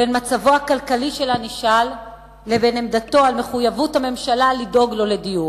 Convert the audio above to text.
בין מצבו הכלכלי של הנשאל לבין עמדתו על מחויבות הממשלה לדאוג לו לדיור.